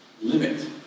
limit